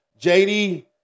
JD